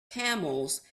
camels